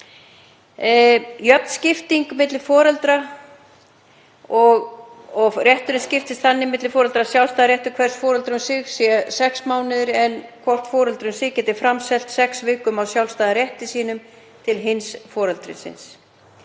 jöfn skipting milli foreldra og rétturinn skiptist þannig að sjálfstæður réttur hvors foreldris um sig er sex mánuðir en hvort foreldri getur framselt sex vikur af sjálfstæðum rétti sínum til hins foreldrisins.